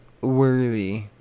worthy